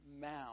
mound